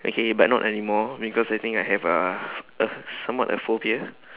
okay but not anymore because I think I have a a somewhat a phobia